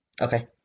Okay